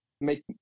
make